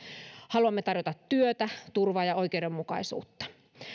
haluamme tarjota työtä turvaa ja oikeudenmukaisuutta